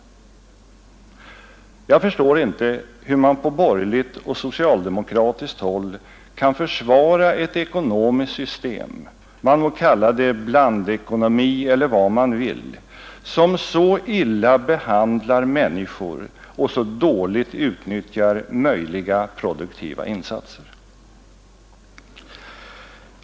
Jag förstår inte hur man på borgerligt och socialdemokratiskt håll kan försvara ett ekonomiskt system — man må kalla det blandekonomi eller vad man vill — som så illa behandlar människor och så dåligt utnyttjar möjliga produktiva insatser.